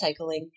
Recycling